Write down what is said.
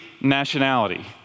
nationality